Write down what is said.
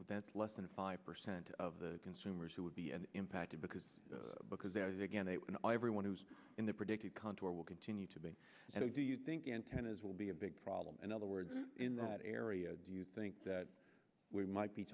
that less than five percent of the consumers who would be an impacted because because there is a again a and i everyone who's in the predicted contour will continue to be do you think antennas will be a big problem in other words in that area do you think that we might be